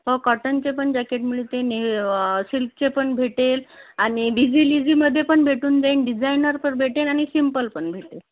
हो कॉटनचे पण जॅकेट मिळतील सिल्कचे पण भेटेल आणि बिझिलीजीमध्ये पण भेटून जाईल डिझायनर पण भेटेन आणि सिम्पल पण भेटेन